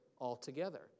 altogether